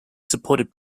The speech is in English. supported